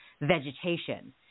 vegetation